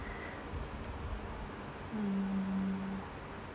mm